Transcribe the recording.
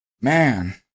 man